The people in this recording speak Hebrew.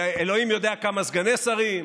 ואלוהים יודע כמה סגני שרים,